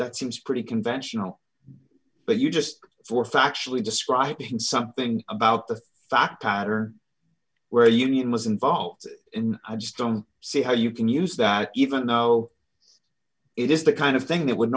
seems pretty conventional but you just were factually describing something about the fact powder where union was involved in i just don't see how you can use that even though it is the kind of thing that would